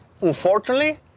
unfortunately